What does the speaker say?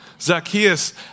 Zacchaeus